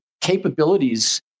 capabilities